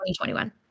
2021